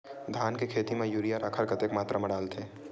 धान के खेती म यूरिया राखर कतेक मात्रा म डलथे?